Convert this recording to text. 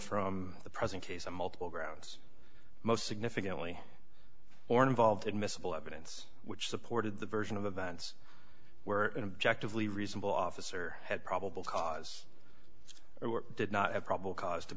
from the present case and multiple grounds most significantly or involved admissible evidence which supported the version of events where an object of lee reasonable officer had probable cause or did not have probable cause to